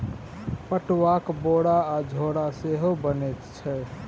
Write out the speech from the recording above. पटुआक बोरा आ झोरा सेहो बनैत छै